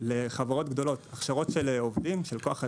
לחברות גדולות, הכשרות של עובדים, של כוח התעסוקה.